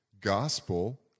gospel